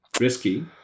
risky